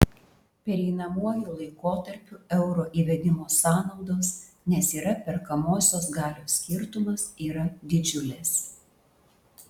pereinamuoju laikotarpiu euro įvedimo sąnaudos nes yra perkamosios galios skirtumas yra didžiulės